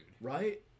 Right